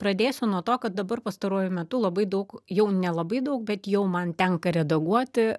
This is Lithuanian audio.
pradėsiu nuo to kad dabar pastaruoju metu labai daug jau nelabai daug bet jau man tenka redaguoti